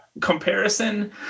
comparison